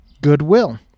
goodwill